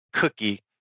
cookie